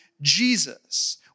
Jesus